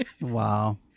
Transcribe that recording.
Wow